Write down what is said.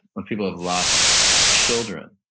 when people have lost children.